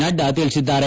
ನಡ್ನಾ ತಿಳಿಸಿದ್ದಾರೆ